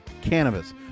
cannabis